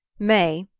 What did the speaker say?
may!